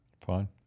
fine